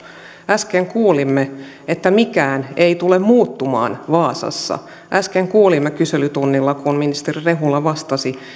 äsken kuulimme että mikään ei tule muuttumaan vaasassa äsken kuulimme kyselytunnilla kun ministeri rehula vastasi